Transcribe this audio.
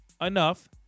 enough